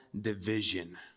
division